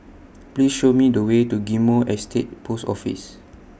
Please Show Me The Way to Ghim Moh Estate Post Office